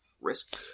risk